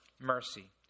mercy